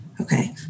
Okay